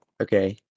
okay